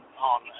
on